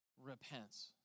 repents